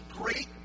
great